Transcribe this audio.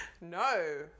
No